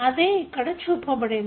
అదే ఇక్కడ చూపబడింది